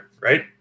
right